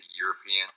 European